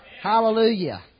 Hallelujah